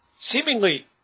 seemingly